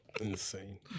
Insane